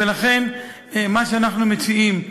ולכן, מה שאנחנו מציעים,